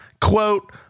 Quote